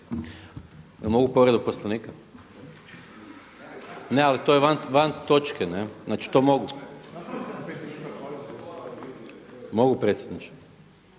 mogu povredu Poslovnika? Ne, ali to je van točke. Ne? Znači to mogu? Mogu predsjedniče?/…